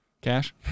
Cash